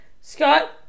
Scott